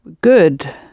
good